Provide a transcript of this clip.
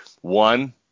One